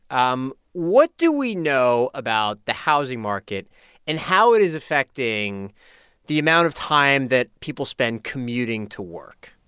um what do we know about the housing market and how it is affecting the amount of time that people spend commuting to work?